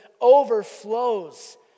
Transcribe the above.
overflows